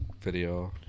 video